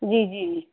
जी जी जी